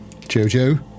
Jojo